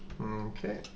Okay